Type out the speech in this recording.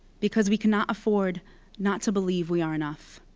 because we cannot afford not to believe we are enough.